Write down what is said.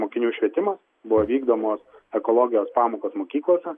tai mokinių švietimas buvo vykdomos ekologijos pamokos mokyklose